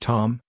Tom